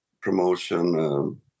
promotion